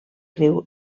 riu